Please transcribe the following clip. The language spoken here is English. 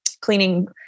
cleaning